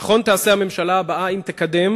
נכון תעשה הממשלה הבאה אם תקדם,